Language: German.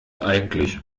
eigentlich